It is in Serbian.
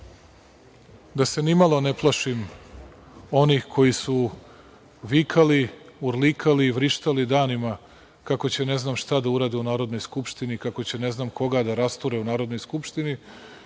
da se ni malo ne plašim onih koji su vikali, urlikali i vrištali danima kako će ne znam šta da urade u Narodnoj skupštini, kako će ne znam koga da rasture u Narodnoj skupštini.